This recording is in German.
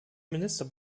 minister